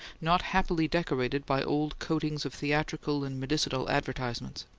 not happily decorated by old coatings of theatrical and medicinal advertisements.